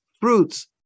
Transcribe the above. fruits